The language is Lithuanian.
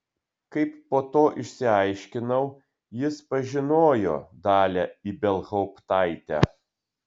kaip po to išsiaiškinau jis pažinojo dalią ibelhauptaitę